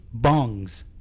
bongs